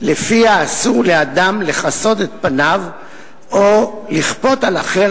ולפיה אסור לאדם לכסות את פניו או לכפות על אחר